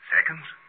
Seconds